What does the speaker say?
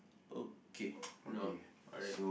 okay no alright